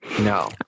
no